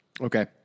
Okay